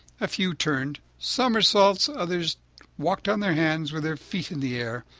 a few turned somersaults, others walked on their hands with their feet in the air.